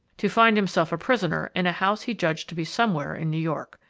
to find himself a prisoner in a house he judged to be somewhere in new york.